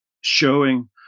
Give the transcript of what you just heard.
showing